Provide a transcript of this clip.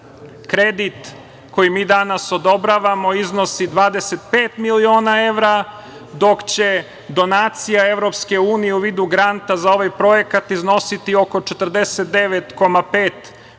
Kredit koji mi danas odobravamo, iznosi 25 miliona evra, dok će donacija Evropske unije u vidu garanta za ovaj projekat iznositi oko 49,5 miliona